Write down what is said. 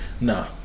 Nah